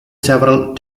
several